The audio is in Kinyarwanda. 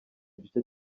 gice